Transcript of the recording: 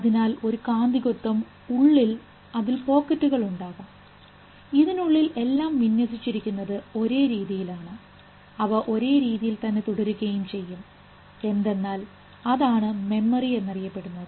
അതിനാൽ ഒരു കാന്തികത്വം അതിൽ ഉണ്ടാകാം ഇതിനുള്ളിൽ എല്ലാം വിന്യസിച്ചിരിക്കുന്നത് ഒരേ രീതിയിലാണ് ആണ് അവ ഒരേ രീതിയിൽ തന്നെ തുടരുകയും ചെയ്യും എന്തെന്നാൽ അതാണ് മെമ്മറി എന്നറിയപ്പെടുന്നത്